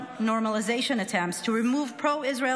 anti-normalization attempts to remove pro-Israel